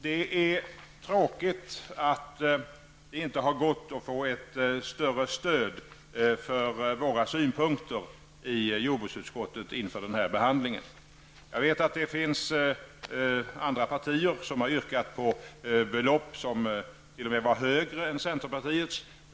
Det är tråkigt att det inte har gått att få ett större stöd för våra synpunkter i jordbruksutskottet inför den här behandlingen. Jag vet att det finns partier som t.o.m. har yrkat på högre belopp än centerpartiets.